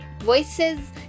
voices